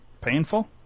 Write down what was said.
Painful